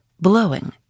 blowing